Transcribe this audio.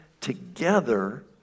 together